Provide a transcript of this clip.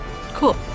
Cool